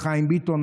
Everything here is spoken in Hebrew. חיים ביטון,